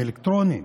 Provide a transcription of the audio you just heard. שהם אלקטרוניים.